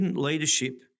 Leadership